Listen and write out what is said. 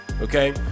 Okay